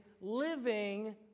living